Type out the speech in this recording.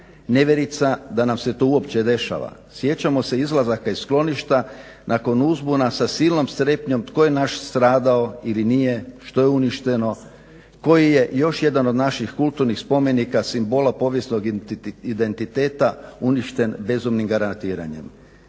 nevjerica da nam se to uopće dešava, sjećamo se izlazaka iz skloništa nakon uzbuna sa silnom strepnjom tko je naš stradao ili nije, što je uništeno, koji je još jedan od naših kulturnih spomenika, simbola povijesnog identiteta uništen bezumnim granatiranjem,